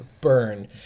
burn